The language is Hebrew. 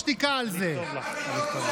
אחדות.